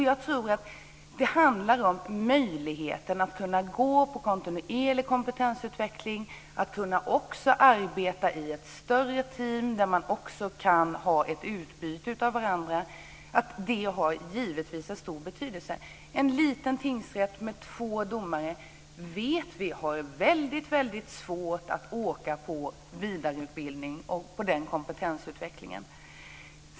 Jag tror att det handlar om möjligheten att gå på kontinuerlig kompetensutveckling, att arbeta i ett större team där man kan ha ett utbyte av varandra. Det har givetvis en stor betydelse. Domare i en liten tingsrätt med två domare vet vi har väldigt svårt att åka på vidareutbildning och få den kompetensutvecklingen.